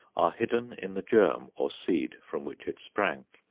are hidden in the germ or seed from which it sprang.